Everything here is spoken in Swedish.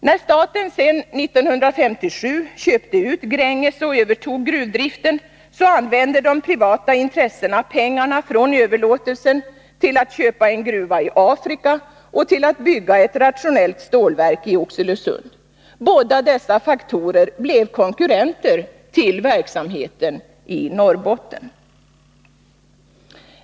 När staten sedan 1957 köpte ut Grängesbergsbolaget och övertog gruvdriften, använde de privata intressena pengarna från överlåtelsen till att köpa en gruva i Afrika och till att bygga ett rationellt stålverk i Oxelösund. Båda dessa verksamheter blev konkurrenter till den i Norrbotten.